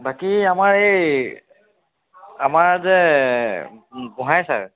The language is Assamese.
বাকী আমাৰ এই আমাৰ যে গোঁহাই ছাৰ